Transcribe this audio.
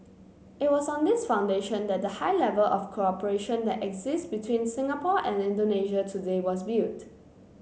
it was on this foundation that the high level of cooperation that exists between Singapore and Indonesia today was built